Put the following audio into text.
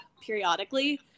periodically